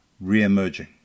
re-emerging